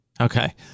Okay